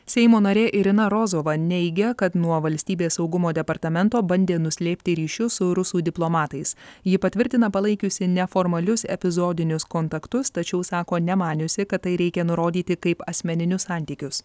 seimo narė irina rozova neigia kad nuo valstybės saugumo departamento bandė nuslėpti ryšius su rusų diplomatais ji patvirtina palaikiusi neformalius epizodinius kontaktus tačiau sako nemaniusi kad tai reikia nurodyti kaip asmeninius santykius